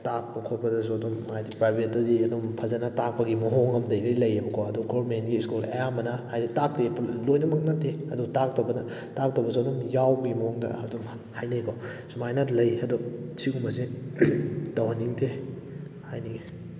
ꯇꯥꯛꯄ ꯈꯣꯠꯄꯗꯁꯨ ꯑꯗꯨꯝ ꯍꯥꯏꯗꯤ ꯄ꯭ꯔꯥꯏꯕꯦꯠꯇꯗꯤ ꯑꯗꯨꯝ ꯐꯖꯅ ꯇꯥꯛꯄꯒꯤ ꯃꯑꯣꯡ ꯑꯃ ꯂꯩꯗꯤ ꯂꯩꯌꯦꯕꯀꯣ ꯑꯗꯣ ꯒꯣꯔꯃꯦꯟꯒꯤ ꯁ꯭ꯀꯨꯜ ꯑꯌꯥꯝꯕꯅ ꯍꯥꯏꯗꯤ ꯇꯥꯛꯇꯦ ꯂꯣꯏꯅꯃꯛ ꯅꯠꯇꯦ ꯑꯗꯣ ꯇꯥꯛꯇꯕꯅ ꯇꯥꯛꯇꯕꯁꯨ ꯑꯗꯨꯝ ꯌꯥꯎꯕꯒꯤ ꯃꯑꯣꯡꯗ ꯑꯗꯨꯝ ꯍꯥꯏꯅꯩꯀꯣ ꯁꯨꯃꯥꯏꯅ ꯂꯩ ꯑꯗꯣ ꯁꯤꯒꯨꯝꯕꯁꯦ ꯇꯧꯍꯟꯅꯤꯡꯗꯦ ꯍꯥꯏꯅꯤꯡꯉꯤ